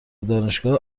دانشگاه